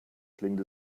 klingt